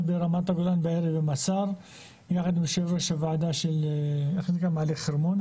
ברמת הגולן בערב עם השר ועם יושב-ראש הוועדה של מעלה חרמון,